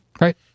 Right